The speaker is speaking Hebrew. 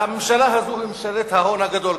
והממשלה הזו היא ממשלת ההון הגדול,